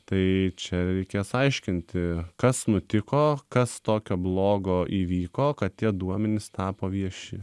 tai čia reikės aiškinti kas nutiko kas tokio blogo įvyko kad tie duomenys tapo vieši